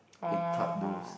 egg tart those